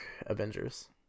Avengers